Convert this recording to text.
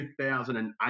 2008